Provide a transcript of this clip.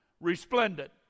resplendent